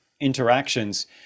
interactions